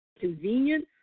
convenient